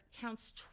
counts